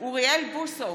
אוריאל בוסו,